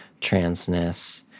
transness